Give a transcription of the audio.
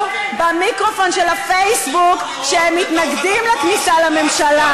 במיקרופון של הפייסבוק שהם מתנגדים לכניסה לממשלה,